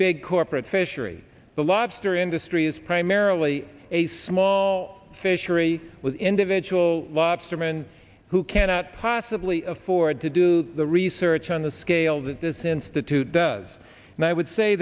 big corporate fishery the lobster industry is primarily a small fishery with individual lobsterman who cannot possibly afford to do the research on the scale that this institute does and i would say